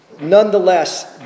Nonetheless